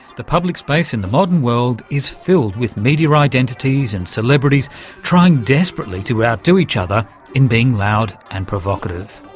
the public space in the modern world is filled with media identities and celebrities trying desperately to outdo each other in being loud and provocative,